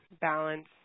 balance